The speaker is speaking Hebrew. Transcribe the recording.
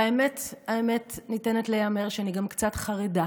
והאמת ניתנת להיאמר שאני גם קצת חרדה